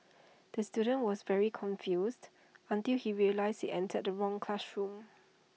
the student was very confused until he realised he entered the wrong classroom